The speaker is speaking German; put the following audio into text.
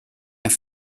mehr